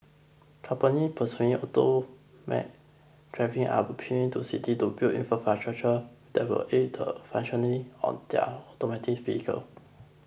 companies pursuing automated driving are appealing to cities to build infrastructure that will aid the functioning of their autonomous vehicles